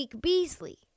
Beasley